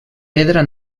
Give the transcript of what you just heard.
pedra